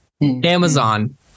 Amazon